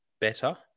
better